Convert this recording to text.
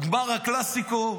גמר הקלאסיקו,